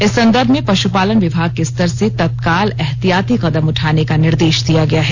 इस संदर्भ में पशुपालन विभाग के स्तर से तत्काल एहतियाती कदम उठाने का निर्देश दिया गया है